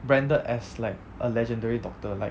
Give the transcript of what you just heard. branded as like a legendary doctor like